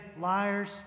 liars